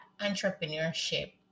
entrepreneurship